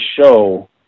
show